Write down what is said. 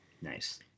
Nice